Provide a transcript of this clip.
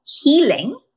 healing